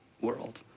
world